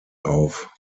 auf